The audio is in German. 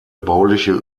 bauliche